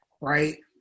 right